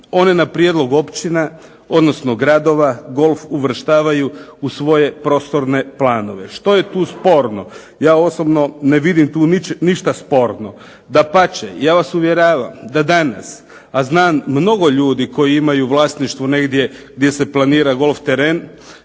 One na prijedlog općina odnosno gradova golf uvrštavaju u svoje prostorne planove. Što je tu sporno? Ja osobno ne vidim tu ništa sporno. Dapače, ja vas uvjeravam da danas a znam mnogo ljudi koji imaju vlasništvo negdje gdje se planira golf teren,